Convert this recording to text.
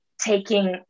taking